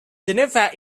geneva